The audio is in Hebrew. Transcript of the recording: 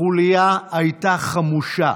החוליה הייתה חמושה